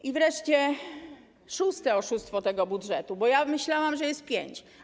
I wreszcie szóste oszustwo tego budżetu, bo ja myślałam, że jest pięć.